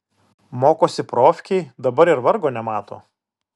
mokosi profkėj dabar ir vargo nemato